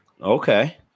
Okay